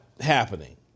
happening